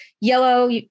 yellow